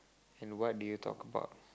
and what did you talk about